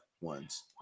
ones